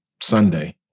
Sunday